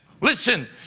Listen